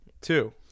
Two